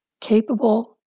capable